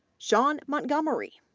shawn montgomery,